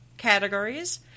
Categories